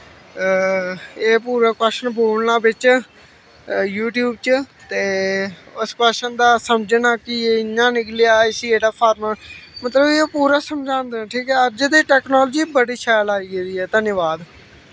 एह् पूरा कवाशन बोलना बिच्च यूट्यूब च ते उस कवाशन दा समझना कि एह् इ'यां निकलेआ इसी एह्कड़ा फार्मूला मतलब एह् पूरा समझांदे न ठीक ऐ अज्ज दी टैकनालजी बड़ा शैल आई गेदी ऐ धन्याबाद